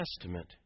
Testament